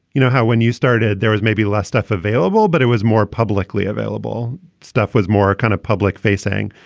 you know, how when you started there was maybe less stuff available, but it was more publicly available. stuff was more kind of public facing.